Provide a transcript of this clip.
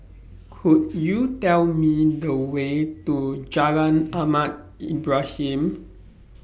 Could YOU Tell Me The Way to Jalan Ahmad Ibrahim